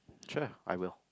sure I will